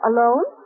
Alone